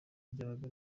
ryabaga